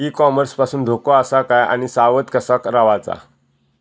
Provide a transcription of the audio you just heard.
E commerce पासून धोको आसा काय आणि सावध कसा रवाचा?